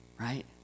right